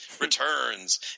returns